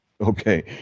Okay